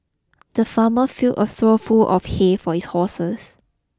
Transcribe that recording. the farmer filled a trough full of hay for his horses